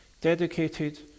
dedicated